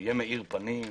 שיהיה מאיר פנים?